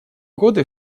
годы